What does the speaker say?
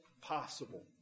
possible